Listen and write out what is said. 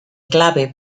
clave